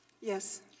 Yes